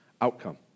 outcome